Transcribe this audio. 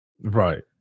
Right